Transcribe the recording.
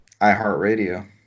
iHeartRadio